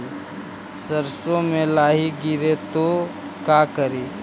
सरसो मे लाहि गिरे तो का करि?